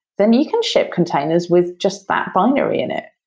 then you can ship containers with just that binary in it.